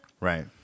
Right